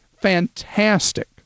fantastic